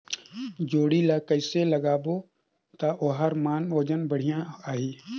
जोणी ला कइसे लगाबो ता ओहार मान वजन बेडिया आही?